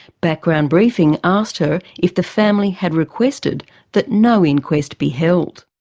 background briefing asked her if the family had requested that no inquest be held.